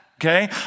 okay